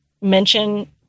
mention